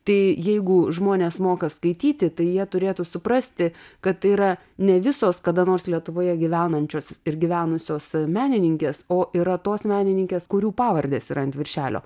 tai jeigu žmonės moka skaityti tai jie turėtų suprasti kad tai yra ne visos kada nors lietuvoje gyvenančios ir gyvenusios menininkės o yra tos menininkės kurių pavardės yra ant viršelio